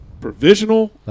provisional